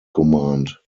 command